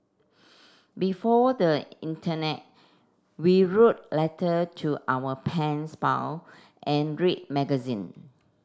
before the internet we wrote letter to our pens pal and read magazine